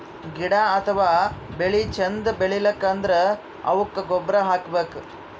ಗಿಡ ಅಥವಾ ಬೆಳಿ ಚಂದ್ ಬೆಳಿಬೇಕ್ ಅಂದ್ರ ಅವುಕ್ಕ್ ಗೊಬ್ಬುರ್ ಹಾಕ್ಬೇಕ್